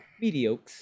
Mediocre